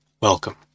welcome